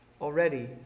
already